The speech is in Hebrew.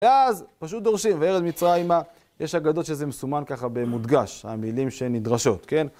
ואז פשוט דורשים, וירד מצרימה, יש אגדות שזה מסומן ככה במודגש, המילים שנדרשות, כן?